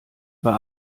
war